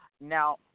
Now